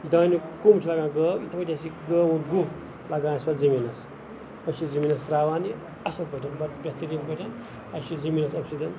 دانہِ کوٚم چھُ لَگان گٲو یِتھی پٲٹھۍ چھُ اَسہِ یہِ گٲو ہُنٛد گُہہ لَگان اَسہِ پَتہٕ زٔمیٖنَس أسۍ چھِ زٔمیٖنَس تراوان یہِ اَصٕل پٲٹھۍ بَڑٕ بہتَریٖن پٲٹھۍ اسہِ چھِ زٔمیٖنِس امہِ سۭتۍ